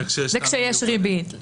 זה כשיש ריבית.